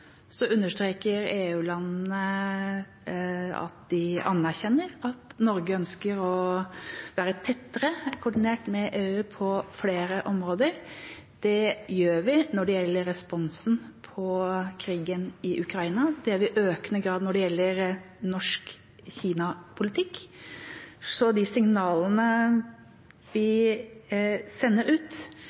understreker EU-landene at de anerkjenner at Norge ønsker å være tettere koordinert med EU på flere områder. Det gjør vi når det gjelder responsen på krigen i Ukraina. Det gjør vi i økende grad når det gjelder norsk Kina-politikk. Så de signalene vi sender ut,